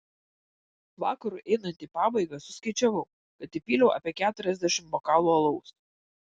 vakarui einant į pabaigą suskaičiavau kad įpyliau apie keturiasdešimt bokalų alaus